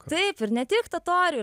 taip ir ne tik totorių